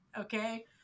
Okay